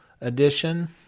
edition